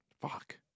Fuck